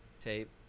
tape